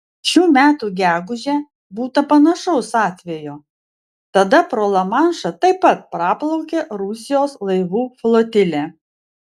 šių metų gegužę būta panašaus atvejo tada pro lamanšą taip pat praplaukė rusijos laivų flotilė